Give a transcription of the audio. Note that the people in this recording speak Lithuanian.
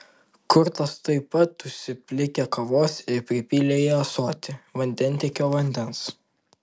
kurtas taip pat užsiplikė kavos ir pripylė į ąsotį vandentiekio vandens